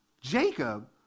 Jacob